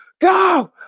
go